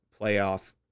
playoff